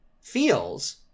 feels